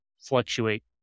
fluctuate